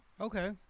Okay